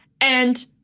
and-